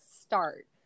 start